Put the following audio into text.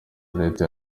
leta